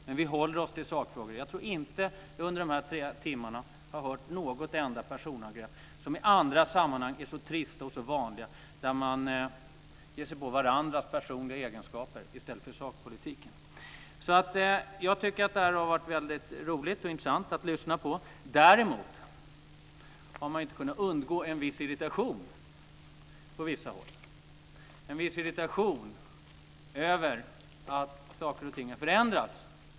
Men vi håller oss till sakfrågor. Jag tror inte att jag under de här tre timmarna har hört något enda personangrepp, som i andra sammanhang är så vanliga och trista och där man ger sig på varandras personliga egenskaper i stället för att hålla sig till sakpolitiken. Jag tycker att det har varit väldigt roligt och intressant att lyssna. Däremot har man inte kunnat undgå en viss irritation på vissa håll, en viss irritation över att saker och ting har förändrats.